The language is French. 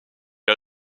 ils